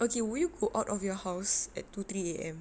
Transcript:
okay will you go out of your house at two three A_M